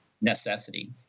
necessity